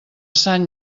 sant